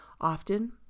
often